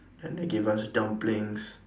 then they gave us dumplings